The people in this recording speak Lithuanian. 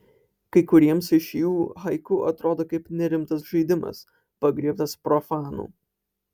kai kuriems iš jų haiku atrodo kaip nerimtas žaidimas pagriebtas profanų